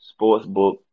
sportsbook